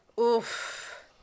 Oof